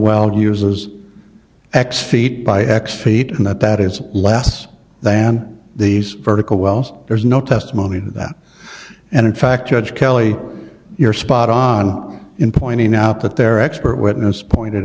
weld uses x feet by x feet and that that is less than these vertical wells there's no testimony to that and in fact judge kelly you're spot on in pointing out that their expert witness pointed